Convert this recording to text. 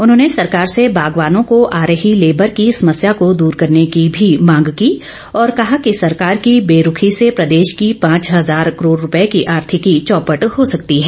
उन्होंने सरकार से बागवानों को आ रही लेबर की समस्या को दूर करने की भी मांग की और कहा कि सरकार की बेरूखी से प्रदेश की पांच हजार करोड़ रूपए की आर्थिकी चौपट हो सकती है